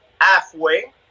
halfway